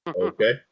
Okay